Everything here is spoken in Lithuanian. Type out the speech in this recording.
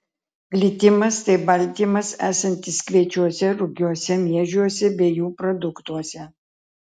glitimas tai baltymas esantis kviečiuose rugiuose miežiuose bei jų produktuose